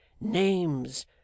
names